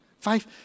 Five